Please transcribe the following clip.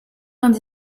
vingt